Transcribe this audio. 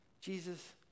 Jesus